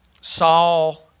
Saul